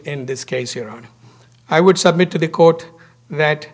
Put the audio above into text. in this case here on i would submit to the court that